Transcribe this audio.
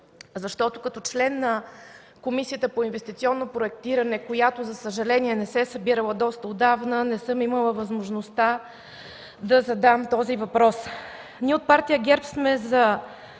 защото като член на Комисията по инвестиционно проектиране, която за съжаление не се е събирала доста отдавна, не съм имала възможността да задам своя въпрос. Ние от Партия ГЕРБ сме за